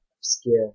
obscure